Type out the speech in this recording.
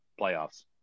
playoffs